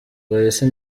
polisi